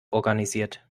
organisiert